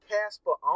Casper